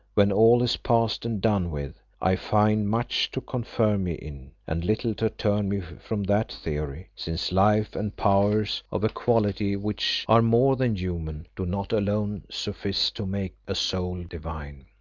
when all is past and done with, i find much to confirm me in, and little to turn me from that theory, since life and powers of a quality which are more than human do not alone suffice to make a soul divine.